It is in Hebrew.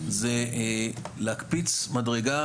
זה להקפיץ מדרגה,